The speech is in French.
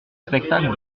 spectacle